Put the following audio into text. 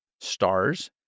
stars